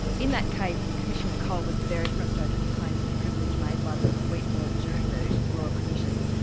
in that case, commissioner cole was very frustrated with claims of privilege made by the wheat board during the royal commission.